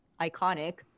iconic